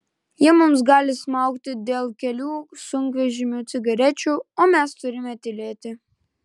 jie mus gali smaugti dėl kelių sunkvežimių cigarečių o mes turime tylėti